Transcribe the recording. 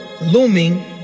looming